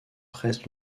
presses